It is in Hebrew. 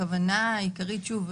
הכוונה העיקרית שוב,